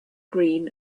green